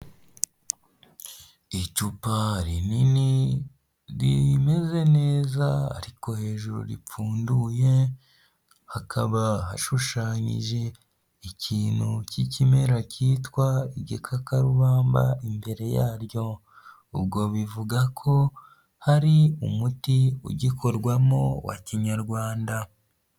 Icupa rinini rimeze neza ariko hejuru ripfunduye, hakaba hashushanyije ikintu cy'ikimera cyitwa igikakarubamba imbere yaryo; ubwo bivuga ko hari umuti ugikorwamo wa kinyarwanda.